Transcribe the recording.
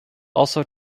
also